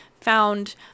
found